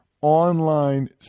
online